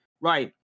Right